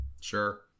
Sure